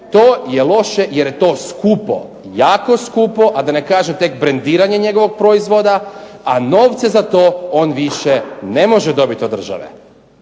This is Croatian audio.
To je loše jer je to skupo, jako skupo. A da ne kažem tek brendiranje njegovog proizvoda, a novce za to on više ne može dobiti od države.